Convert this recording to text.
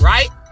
Right